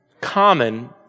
common